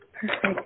perfect